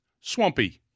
Swampy